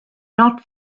not